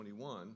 21